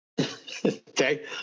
Okay